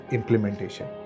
Implementation